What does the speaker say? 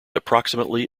approximately